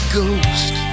Ghost